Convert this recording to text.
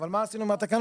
אבל מה עשינו עם התקנות?